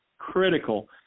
critical